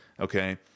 okay